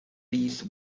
these